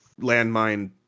landmine